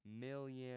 million